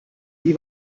wie